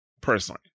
Personally